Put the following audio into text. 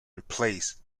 replaced